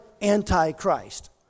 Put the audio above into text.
anti-Christ